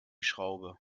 schraube